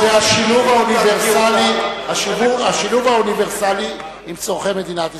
זה השילוב האוניברסלי עם צורכי מדינת ישראל.